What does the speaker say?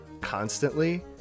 constantly